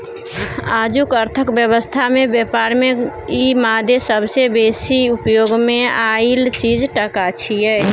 आजुक अर्थक व्यवस्था में ब्यापार में ई मादे सबसे बेसी उपयोग मे आएल चीज टका छिये